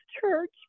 church